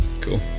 Cool